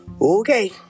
Okay